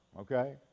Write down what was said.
Okay